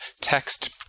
text